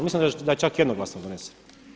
Mislim da je čak jednoglasno donesen.